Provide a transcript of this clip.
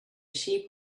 sheep